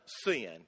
sin